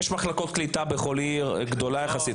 יש מחלקות קליטה בכל הערים הגדולות יחסית,